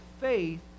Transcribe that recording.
faith